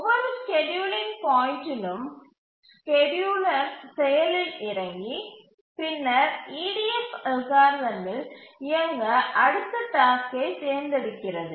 ஒவ்வொரு ஸ்கேட்யூலிங் பாயிண்ட்டிலும் ஸ்கேட்யூலர் செயலில் இறங்கி பின்னர் EDF அல்காரிதமில் இயங்க அடுத்த டாஸ்க்கை தேர்ந்தெடுக்கிறது